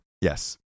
Yes